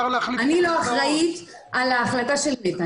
לא אחראית על ההחלטה של נת"ע.